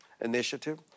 Initiative